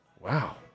Wow